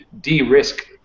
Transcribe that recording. de-risk